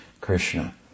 Krishna